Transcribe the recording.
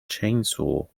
chainsaw